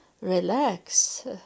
relax